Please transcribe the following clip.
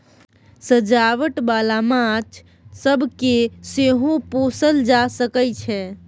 सजावट बाला माछ सब केँ सेहो पोसल जा सकइ छै